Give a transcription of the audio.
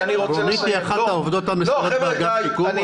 רונית היא אחת העובדות המסורות באגף שיקום,